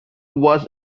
was